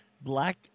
black